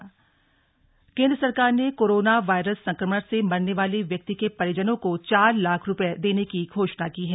corona virus केद्र सरकार ने कोरोना वायरस संक्रमण से मरने वाले व्यक्ति के परिजनों को चार लाख रुपए देने की घोषणा की है